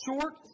short